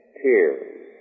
tears